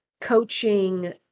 coaching